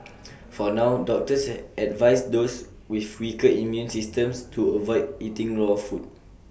for now doctors advise those with weaker immune systems to avoid eating raw food